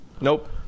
Nope